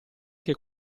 che